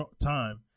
time